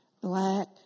black